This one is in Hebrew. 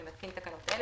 אני מתקין תקנות אלה: